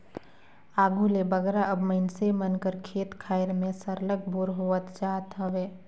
आघु ले बगरा अब मइनसे मन कर खेत खाएर मन में सरलग बोर होवत जात हवे